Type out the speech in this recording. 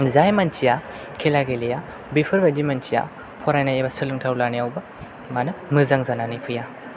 जाय मानसिया खेला गेलेया बेफोरबायदि मानसिया फरायनाय एबा सोलोंथाइ लानायावबो मा होनो मोजां जानानै फैया